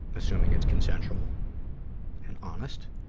assuming it's consensual and honest.